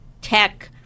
tech